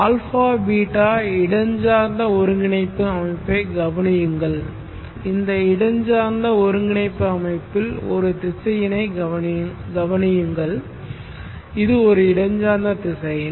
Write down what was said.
α β இடஞ்சார்ந்த ஒருங்கிணைப்பு அமைப்பைக் கவனியுங்கள் இந்த இடஞ்சார்ந்த ஒருங்கிணைப்பு அமைப்பில் ஒரு திசையனைக் கவனியுங்கள் இது ஒரு இடஞ்சார்ந்த திசையன்